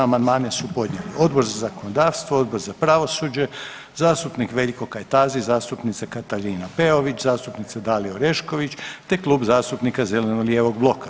Amandmane su podnijeli Odbor za zakonodavstvo, Odbor za pravosuđe, zastupnik Veljko Kajtazi, zastupnica Katarina Peović, zastupnica Dalija Orešković, te Klub zastupnika zeleno-lijevog bloka.